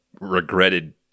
regretted